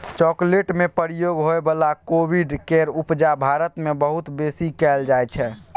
chocolate में प्रयोग होइ बला कोविंद केर उपजा भारत मे बहुत बेसी कएल जाइ छै